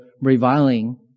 reviling